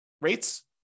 rates